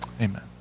Amen